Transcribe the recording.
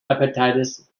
hepatitis